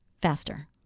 Faster